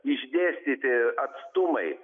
išdėstyti atstumai